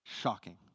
Shocking